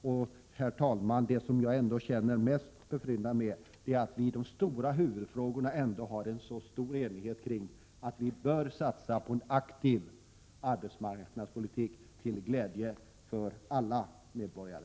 Och, herr talman, jag känner ändå mest tillfredsställelse över att vi i de stora frågorna är mycket eniga om att vi bör satsa på en aktiv arbetsmarknadspolitik till glädje för alla medborgare.